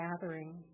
gathering